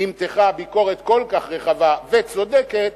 נמתחה ביקורת כל כך רחבה וצודקת,